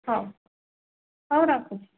ହଉ ହଉ ରଖୁଛି